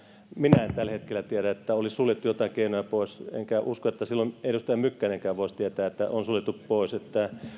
minä en tällä hetkellä tiedä että olisi suljettu joitain keinoja pois enkä usko että silloin edustaja mykkänenkään voisi tietää että on suljettu pois